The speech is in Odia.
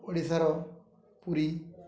ଓଡ଼ିଶାର ପୁରୀ